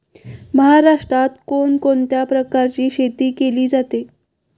महाराष्ट्रात कोण कोणत्या प्रकारची शेती केली जाते?